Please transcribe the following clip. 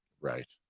Right